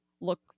look